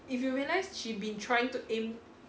if you realise she been trying to aim